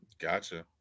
Gotcha